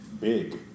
big